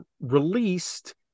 released